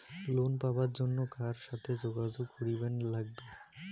Loan পাবার জন্যে কার সাথে যোগাযোগ করিবার লাগবে?